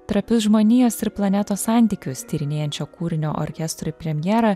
trapius žmonijos ir planetos santykius tyrinėjančio kūrinio orkestrui premjerą